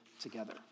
together